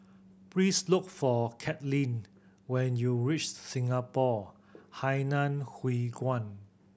please look for Kathryn when you reach Singapore Hainan Hwee Kuan